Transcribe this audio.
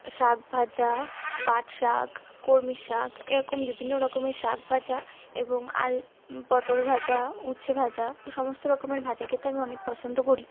শাক ভাজা পাট শাক কলমি শাক এরকম বিভিন্ন রকমের শাক ভাজা এবং পটল ভাজা উঁচ্ছে ভাজা সমস্ত রকমের ভাজা খেতে আমি অনেক পছন্দ করি